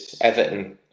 everton